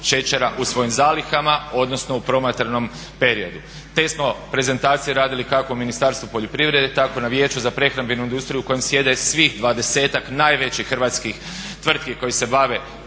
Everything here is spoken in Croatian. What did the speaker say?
u svojim zalihama odnosno u promatranom periodu. Te smo prezentacije radili kako Ministarstvo poljoprivrede, tako na Vijeću za prehrambenu industriju u kojem sjede svih 20-ak najvećih hrvatskih tvrtki koje se bave